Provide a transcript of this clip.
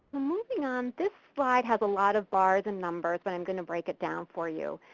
moving on, this slide has a lot of bars and numbers, but im going to break it down for you.